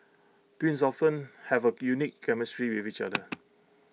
twins often have A unique chemistry with each other